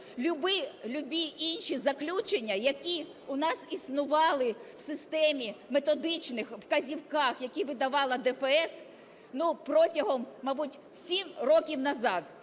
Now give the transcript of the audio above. любі інші заключення, які у нас існували в системі, методичних вказівках, які видавала ДФС, протягом, мабуть, 7 років назад?